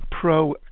Pro